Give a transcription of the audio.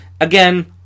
Again